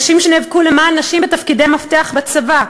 נשים שנאבקו למען נשים בתפקידי מפתח בצבא,